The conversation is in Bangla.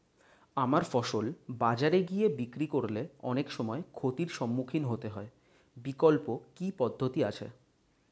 আমার ফসল বাজারে গিয়ে বিক্রি করলে অনেক সময় ক্ষতির সম্মুখীন হতে হয় বিকল্প কি পদ্ধতি আছে?